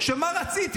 כשמה רציתי?